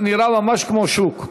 נראה ממש כמו שוק.